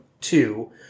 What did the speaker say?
Two